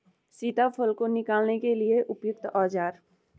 सीताफल को निकालने के लिए उपयुक्त औज़ार?